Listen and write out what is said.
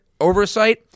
oversight